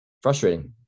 frustrating